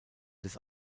des